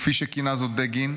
כפי שכינה זאת בגין,